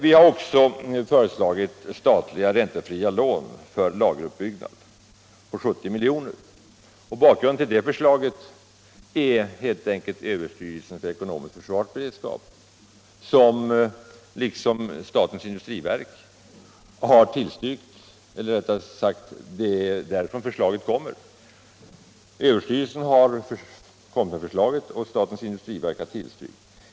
Vi har också föreslagit statliga räntefria lån på 70 miljoner för lageruppbyggnad. Bakgrunden till det förslaget är helt enkelt beredskapsskäl som framförts av överstyrelsen för ekonomiskt försvar, som liksom statens industriverk har tillstyrkt förslaget. Eller rättare sagt: Överstyrelsen har kommit med förslaget och statens industriverk har tillstyrkt det.